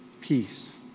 peace